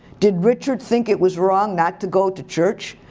did richard think it was wrong not to go to church?